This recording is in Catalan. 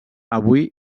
avui